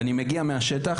ובתור מישהו שמגיע מהשטח,